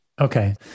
Okay